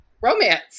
romance